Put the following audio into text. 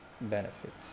benefits